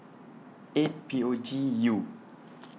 eight P O G I U